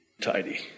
tidy